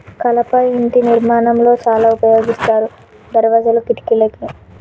కలప ఇంటి నిర్మాణం లో చాల ఉపయోగిస్తారు దర్వాజాలు, కిటికలకి